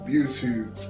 YouTube